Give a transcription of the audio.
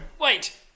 Wait